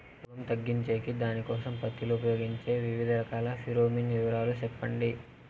రోగం తగ్గించేకి దానికోసం పత్తి లో ఉపయోగించే వివిధ రకాల ఫిరోమిన్ వివరాలు సెప్పండి